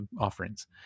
offerings